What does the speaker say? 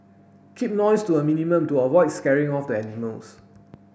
keep noise to a minimum to avoid scaring off the animals